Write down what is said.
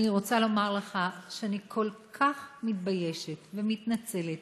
אני רוצה לומר לך שאני כל כך מתביישת ומתנצלת